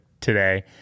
today